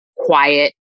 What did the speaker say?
quiet